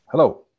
Hello